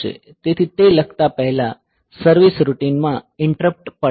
તેથી તે લખતા પહેલા સર્વીસ રૂટિનમાં ઈન્ટ્રપ્ટ પાડે છે